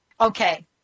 Okay